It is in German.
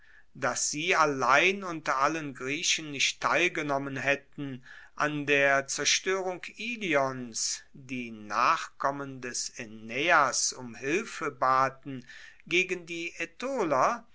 dass sie allein unter allen griechen nicht teilgenommen haetten an der zerstoerung ilions die nachkommen des aeneas um hilfe baten gegen die